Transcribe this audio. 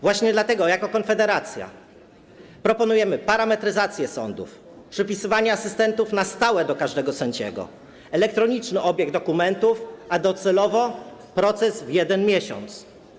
Właśnie dlatego jako Konfederacja proponujemy parametryzację sądów, przypisywanie asystentów na stałe do każdego sędziego, elektroniczny obieg dokumentów, a docelowo - proces w 1 miesiąc.